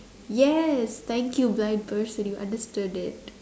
yes thank you blind person you understood it